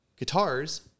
Guitars